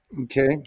Okay